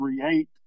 create